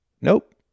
Nope